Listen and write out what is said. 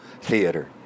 theater